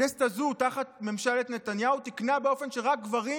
הכנסת הזו תחת ממשלת נתניהו תיקנה באופן שרק גברים